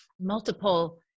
multiple